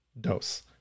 Dose